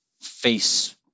face